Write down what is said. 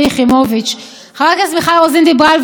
חברת הכנסת מיכל רוזין דיברה על ועדת שרים לחקיקה.